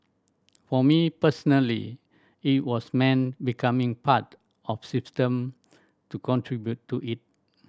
for me personally it was meant becoming part of system to contribute to it